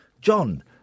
john